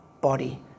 body